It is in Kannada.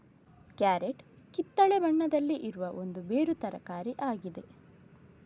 ಕ್ಯಾರೆಟ್ ಕಿತ್ತಳೆ ಬಣ್ಣದಲ್ಲಿ ಇರುವ ಒಂದು ಬೇರು ತರಕಾರಿ ಆಗಿದೆ